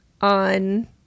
on